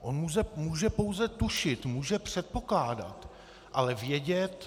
On může pouze tušit, může předpokládat, ale vědět...